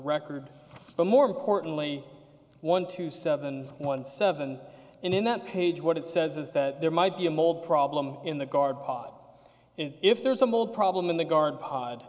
record but more importantly one two seven one seven and in that page what it says is that there might be a mold problem in the guard pot and if there's a mole problem in the guard pod